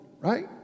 right